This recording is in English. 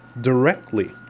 directly